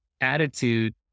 attitude